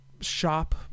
shop